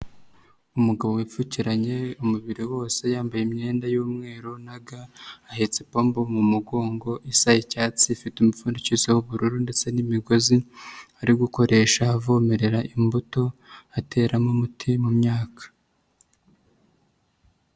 Umugabo wipfukiranye umubiri wose yambaye imyenda y'umweru na ga ahetse pombo mu mugongo isa y'icyatsi ifite umupfundikizo w'ubururu ndetse n'imigozi ari gukoresha avomerera imbuto ateramo umuti mu myaka.